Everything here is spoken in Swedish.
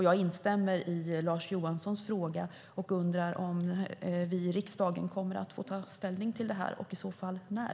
Jag instämmer i Lars Johanssons fråga och undrar om vi i riksdagen kommer att få ta ställning till det och i så fall när.